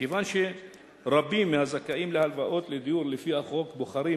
מכיוון שרבים מהזכאים להלוואות לדיור לפי החוק בוחרים